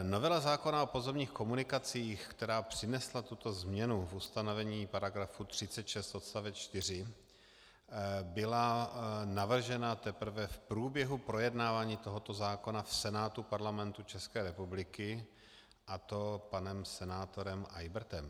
Novela zákona o pozemních komunikacích, která přinesla tuto změnu v ustanovení § 36 odst. 4, byla navržena teprve v průběhu projednávání tohoto zákona v Senátu Parlamentu České republiky, a to panem senátorem Eybertem.